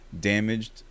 damaged